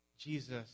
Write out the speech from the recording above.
Jesus